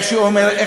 רויטל צודקת.